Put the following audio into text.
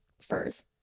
furs